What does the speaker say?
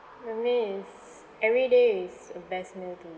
I mean it's every day is a best meal to me